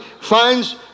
finds